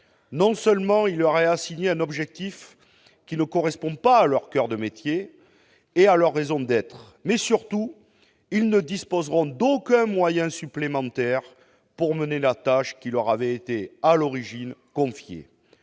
Non seulement il leur est assigné un objectif qui ne correspond pas à leur corps de métier et à leur raison d'être, mais, surtout, ils ne disposeront d'aucun moyen supplémentaire pour mener la tâche qui leur avait été confiée